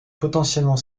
potentiellement